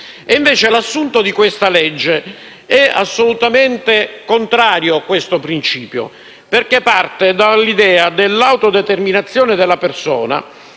Invece, l'assunto di questa legge è assolutamente contrario a tale principio, perché parte dall'idea dell'autodeterminazione della persona